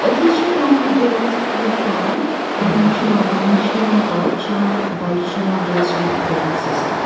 أسۍ حظ چھِ فیملی بٲژ کُل پانٛژھ تَتَھ منٛز چھِ یِوان ممی یِوان پاپہٕ چھِ یِوان بایہِ چھِ یِوان بیٚیہِ حظ چھِ مےٚ اَکھ لِٹٕل سِسٹَر